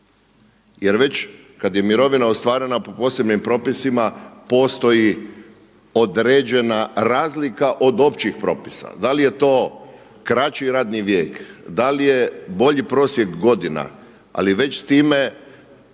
Jer već kad je mirovina ostvarena po posebnim propisima postoji određena razlika od općih propisa. Da li je to kraći radni vijek? Da li je bolji prosjek godina? Ali već time